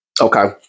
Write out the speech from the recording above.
Okay